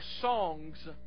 songs